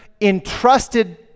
entrusted